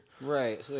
Right